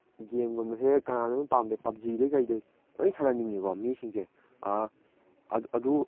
ꯒꯦꯝꯒꯨꯝꯕꯁꯦ ꯀꯅꯥꯁꯨ ꯄꯥꯝꯅꯩ ꯄꯞꯖꯤꯗꯒꯤ ꯀꯩꯗꯒꯤ ꯂꯣꯏꯅ ꯁꯥꯟꯅꯅꯤꯡꯉꯤꯀꯣ ꯃꯤꯁꯤꯡꯁꯦ ꯑꯗꯨ